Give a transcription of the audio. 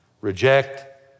Reject